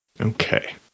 Okay